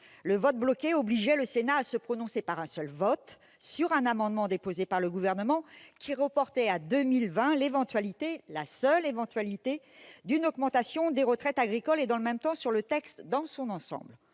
Le vote bloqué obligeait le Sénat à se prononcer par un seul vote sur un amendement déposé par le Gouvernement visant à reporter à 2020 la seule éventualité d'une augmentation des retraites agricoles et, dans le même temps, sur le texte dans son ensemble.